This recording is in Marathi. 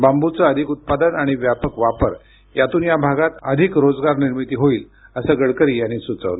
बांबूचं अधिक उत्पादन आणि व्यापक वापर यातून या भागात अधिक रोजगार निर्मिती होईल असं गडकरी यांनी सुचवलं